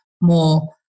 more